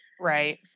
Right